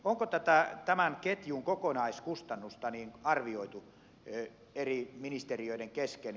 onko tätä tämän ketjun kokonaiskustannusta arvioitu eri ministeriöiden kesken